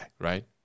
right